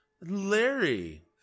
Larry